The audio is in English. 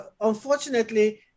unfortunately